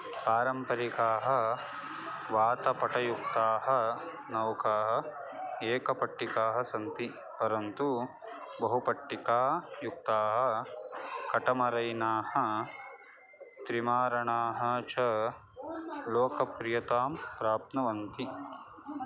पारम्परिकाः वातपटयुक्ताः नौकाः एकपट्टिकाः सन्ति परन्तु बहुपट्टिकायुक्ताः कटमरैनाः त्रिमारणाः च लोकप्रियतां प्राप्नुवन्ति